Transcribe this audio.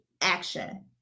action